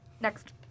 next